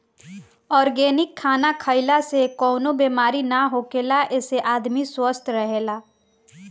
organic खाना खइला से कवनो बेमारी ना होखेला एसे आदमी स्वस्थ्य रहेला